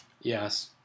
yes